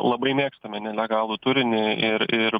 labai mėgstame nelegalų turinį ir ir